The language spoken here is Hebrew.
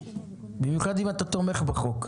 במיוחד אם אתה תומך בחוק,